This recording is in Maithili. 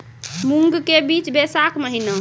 मूंग के बीज बैशाख महीना